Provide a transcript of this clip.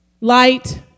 light